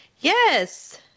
Yes